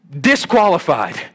disqualified